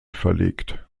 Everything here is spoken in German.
verlegt